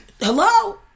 Hello